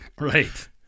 Right